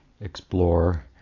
explore